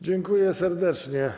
Dziękuję serdecznie.